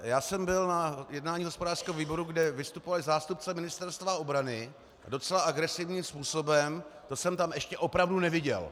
Já jsem byl na jednání hospodářského výboru, kde vystupovali zástupci Ministerstva obrany, a docela agresivním způsobem, to jsem tam ještě opravdu neviděl!